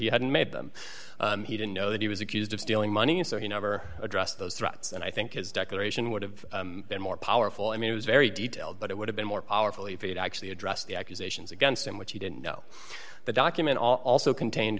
he hadn't made them he didn't know that he was accused of stealing money and so he never addressed those threats and i think his declaration would have been more powerful i mean it was very detailed but it would have been more powerful if you'd actually address the accusations against him which he didn't know the document also contained